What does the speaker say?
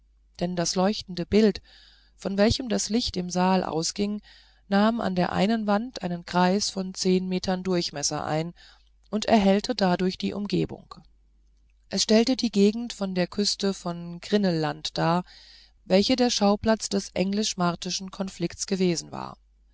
denn das erleuchtete bild von welchem das licht im saal ausging nahm an der einen wand einen kreis von zehn metern durchmesser ein und erhellte dadurch die umgebung es stellte die gegend an der küste von grinnell land dar welche der schauplatz des englisch martischen konflikts gewesen war